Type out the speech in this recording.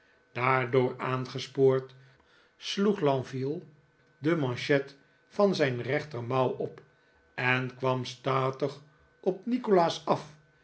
daardoor aangespoord sloeg lenville de manchet van zijn rechtermouw om en kwam statig op nikolaas af